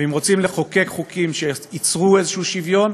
ואם רוצים לחוקק חוקים שייצרו איזשהו שוויון,